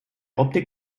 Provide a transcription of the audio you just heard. optik